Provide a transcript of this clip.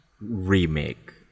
remake